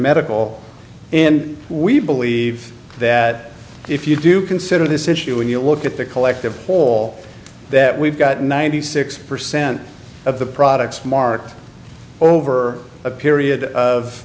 medical and we believe that if you do consider this issue when you look at the collective whole that we've got ninety six percent of the products market over a period of